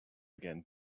again